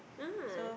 ah